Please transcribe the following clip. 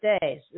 days